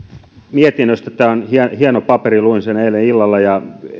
mietinnöstä tämä on hieno paperi luin sen eilen illalla ja